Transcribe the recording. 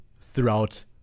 throughout